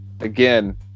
Again